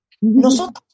nosotros